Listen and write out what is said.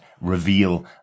reveal